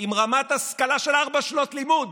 עם רמת השכלה של ארבע שנות לימוד